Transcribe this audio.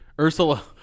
Ursula